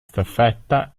staffetta